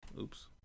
oops